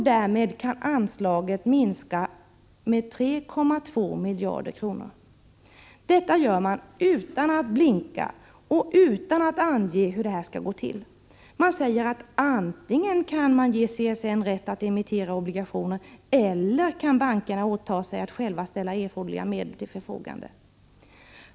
Därmed kan anslaget minskas med 3,2 miljarder kronor. Detta gör man utan att blinka och utan att ange hur detta skall gå till. Man säger att antingen kan man ge CSN rätt att emittera obligationer eller också kan bankerna åta sig att själva ställa erforderliga medel till förfogande.